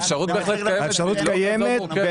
האפשרות קיימת,